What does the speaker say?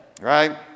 Right